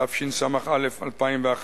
התשס"א 2001,